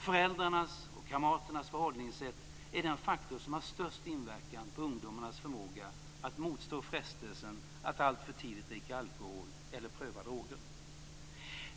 Föräldrarnas och kamraternas förhållningssätt är den faktor som har störst inverkan på ungdomarnas förmåga att motstå frestelsen att alltför tidigt dricka alkohol eller pröva droger.